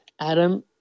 Adam